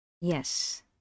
Yes